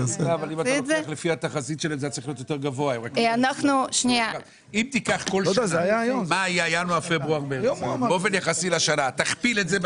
כל שנה אנחנו יודעים מה הרבעון הראשון עושה לפי יחס לסוף.